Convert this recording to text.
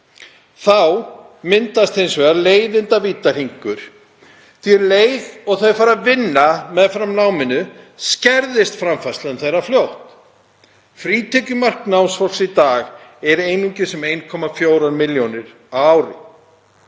Þá myndast hins vegar leiðindavítahringur því um leið og þau fara að vinna meðfram náminu skerðist framfærsla þeirra fljótt. Frítekjumark námsfólks í dag er einungis um 1,4 milljónir á